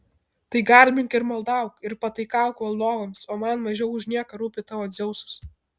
tai garbink ir maldauk ir pataikauk valdovams o man mažiau už nieką rūpi tavo dzeusas